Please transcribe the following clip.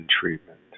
treatment